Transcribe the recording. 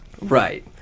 Right